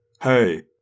Hey